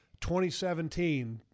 2017